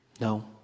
No